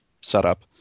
setup